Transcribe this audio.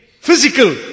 physical